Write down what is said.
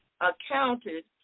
accounted